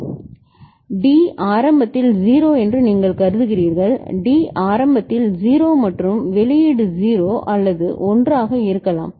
எனவே D ஆரம்பத்தில் 0 என்று நீங்கள் கருதுகிறீர்கள் D ஆரம்பத்தில் 0 மற்றும் வெளியீடு 0 அல்லது 1 ஆக இருக்கலாம்